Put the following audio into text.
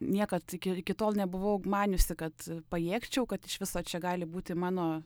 niekad iki iki tol nebuvau maniusi kad pajėgčiau kad iš viso čia gali būti mano